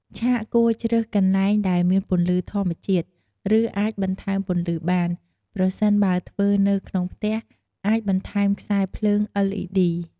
ឆាកគួរជ្រើសកន្លែងដែលមានពន្លឺធម្មជាតិ ឬអាចបន្ថែមពន្លឺបាន ប្រសិនបើធ្វើនៅក្នុងផ្ទះ អាចបន្ថែមខ្សែភ្លើង LED ។